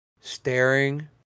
staring